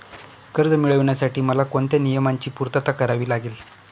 कर्ज मिळविण्यासाठी मला कोणत्या नियमांची पूर्तता करावी लागेल?